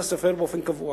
לא פעם אחת ולא פעמיים.